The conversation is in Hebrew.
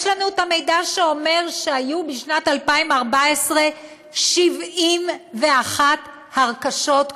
יש לנו מידע שאומר שבשנת 2014 היו 71 הרכשות כפולות,